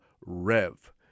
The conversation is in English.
Rev